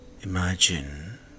imagine